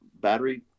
battery